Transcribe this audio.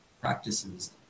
practices